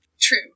true